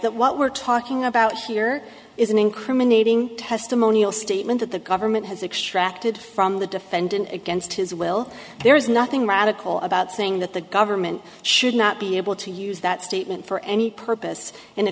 that what we're talking about here is an incriminating testimonial statement that the government has extracted from the defendant against his will there is nothing radical about saying that the government should not be able to use that statement for any purpose in a